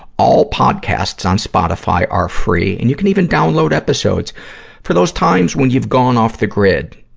all podcasts on spotify are free. and you can even download episodes for those times when you've gone off the grid.